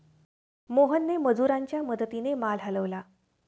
मोहनने मजुरांच्या मदतीने माल हलवला